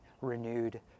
renewed